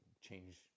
change